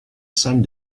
sent